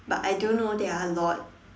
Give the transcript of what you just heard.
but I do know there are a lot